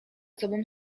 sobą